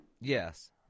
Yes